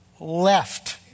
left